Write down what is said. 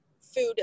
food